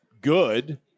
good